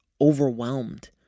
overwhelmed